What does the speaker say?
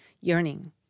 yearning